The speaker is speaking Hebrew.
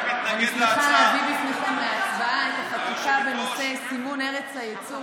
אני שמחה להביא בפניכם להצבעה את הבקשה בנושא סימון ארץ הייצור